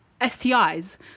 STIs